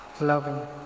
loving